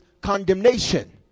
condemnation